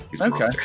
Okay